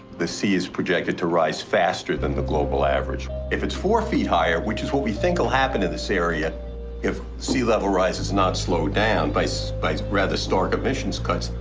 the sea is projected to rise faster than the global average. if it's four feet higher, which is what we think will happen to this area if sea-level rise is not slowed down by so by rather stark emissions cuts,